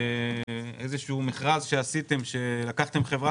מכרז שעשיתם שלקחתם חברה